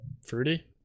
Fruity